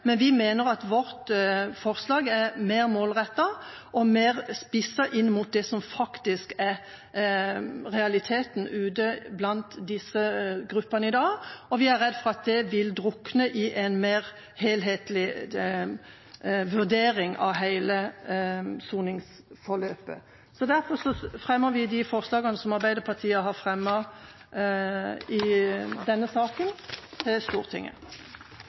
men vi mener at vårt forslag er mer målrettet og mer spisset inn mot det som faktisk er realiteten ute blant disse gruppene i dag, og vi er redde for at det vil drukne i en mer helhetlig vurdering av hele soningsforløpet. Jeg tar opp forslaget fra Arbeiderpartiet og forslaget vi står sammen med Senterpartiet om. Representanten Kari Henriksen har tatt opp de forslagene hun refererte til.